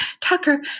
Tucker